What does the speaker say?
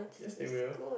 yes they will